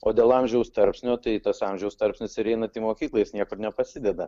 o dėl amžiaus tarpsnio tai tas amžiaus tarpsnis ir einant į mokyklą jis niekur nepasideda